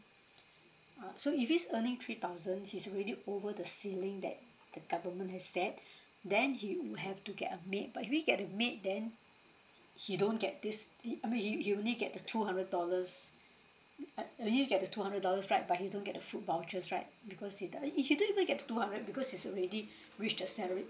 uh so if he's earning three thousand he's already over the ceiling that the government has set then he would have to get a maid but if he get the maid then he don't get this he I mean he he only get the two hundred dollars but only get the two hundred dollars right but he don't get the food vouchers right because he does~ he don't even get the two hundred because he's already reached the salary